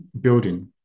building